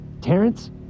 Terrence